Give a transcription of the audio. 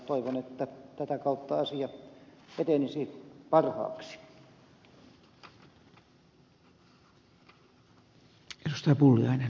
toivon että tätä kautta asia etenisi parhaaksi